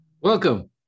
Welcome